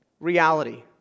reality